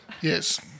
Yes